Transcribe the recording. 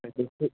నాకు తెలుసు